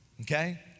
okay